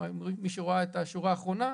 מי שראה את השורה האחרונה,